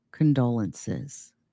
condolences